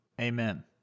Amen